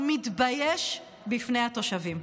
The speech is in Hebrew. הוא מתבייש בפני התושבים.